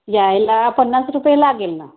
यायला पन्नास रुपये लागेल ना